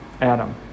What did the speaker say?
Adam